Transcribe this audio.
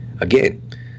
again